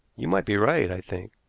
you might be right, i think,